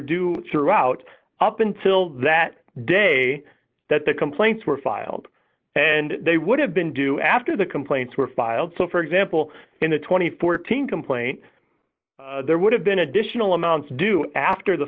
route up until that day that the complaints were filed and they would have been due after the complaints were filed so for example in the twenty four team complaint there would have been additional amounts do after the